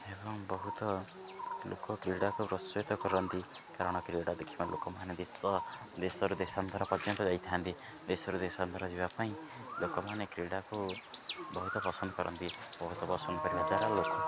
ଏବଂ ବହୁତ ଲୋକ କ୍ରୀଡ଼ାକୁ ପ୍ରୋତ୍ସାହିତ କରନ୍ତି କାରଣ କ୍ରୀଡ଼ା ଦେଖିବା ଲୋକମାନେ ଦେଶ ଦେଶରୁ ଦେଶାନ୍ତର ପର୍ଯ୍ୟନ୍ତ ଯାଇଥାନ୍ତି ଦେଶରୁ ଦେଶାନ୍ତର ଯିବା ପାଇଁ ଲୋକମାନେ କ୍ରୀଡ଼ାକୁ ବହୁତ ପସନ୍ଦ କରନ୍ତି ବହୁତ ପସନ୍ଦ କରିବା ଦ୍ୱାରା ଲୋକ